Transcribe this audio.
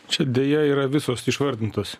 čia deja yra visos išvardintos